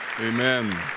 Amen